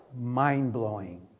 mind-blowing